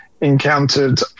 encountered